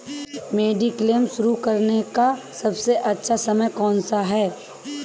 Mediclaim शुरू करने का सबसे अच्छा समय कौनसा है?